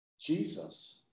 Jesus